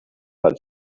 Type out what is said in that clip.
had